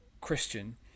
Christian